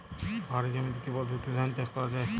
পাহাড়ী জমিতে কি পদ্ধতিতে ধান চাষ করা যায়?